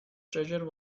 treasure